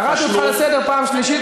קראתי אותך לסדר פעם שלישית,